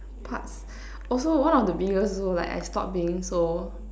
parts also one of the biggest also like I stop being so